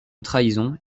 trahison